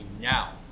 now